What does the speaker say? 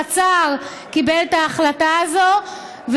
הפצ"ר קיבל את ההחלטה הזאת,